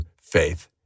faith